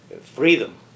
freedom